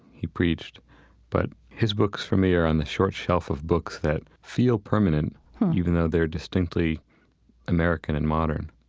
he preached but his books, for me, are on the short shelf of books that feel permanent even though they are distinctly american and modern